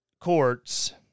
courts